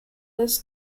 this